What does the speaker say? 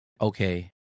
okay